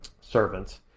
servants